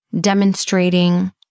demonstrating